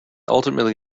ultimately